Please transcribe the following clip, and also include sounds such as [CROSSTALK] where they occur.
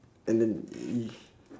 and then [NOISE]